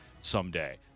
someday